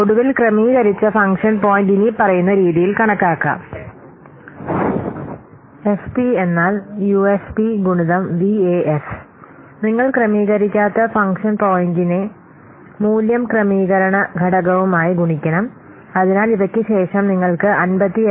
ഒടുവിൽ ക്രമീകരിച്ച function point ഇനിപ്പറയുന്ന രീതിയിൽ കണക്കാക്കാം FP UFP VAF നിങ്ങൾ ക്രമീകരിക്കാത്ത ഫംഗ്ഷൻ പോയിന്റിനെ മൂല്യം ക്രമീകരണ ഘടകവുമായി ഗുണിക്കണം അതിനാൽ ഇവയ്ക്ക് ശേഷം നിങ്ങൾക്ക് 58